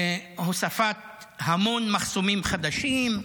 הוספת המון מחסומים חדשים.